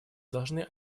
должны